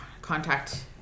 contact